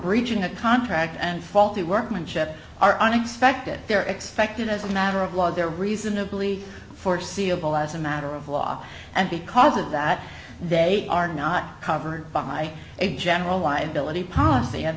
breaching a contract and faulty workmanship are unexpected they're expected as a matter of law they're reasonably foreseeable as a matter of law and because of that they are not covered by a general liability policy and